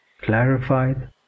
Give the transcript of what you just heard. clarified